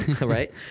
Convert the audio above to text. Right